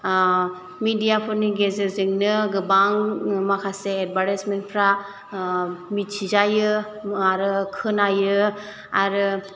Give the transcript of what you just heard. मेडियाफोरनि गेजेरजोंनो गोबां माखासे एडभारटाइसमेन्टफ्रा मिथिजायो आरो खोनायो आरो